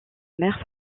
mère